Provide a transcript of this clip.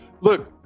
Look